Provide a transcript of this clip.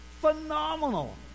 phenomenal